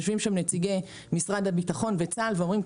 יושבים שם נציגי משרד הביטחון וצה"ל ואומרים,